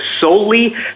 solely